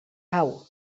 pau